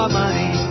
money